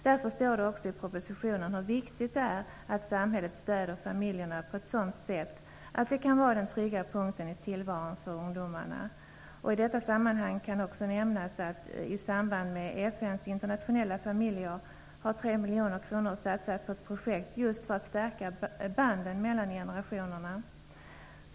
Därför står det också i propositionen hur viktigt det är att samhället stöder familjerna på ett sådant sätt att de kan vara den trygga punkten i tillvaron för ungdomarna. I detta sammanhang kan också nämnas att i samband med FN:s internationella familjeår har 3 miljoner kronor satsats på ett projekt just för att stärka banden mellan generationerna.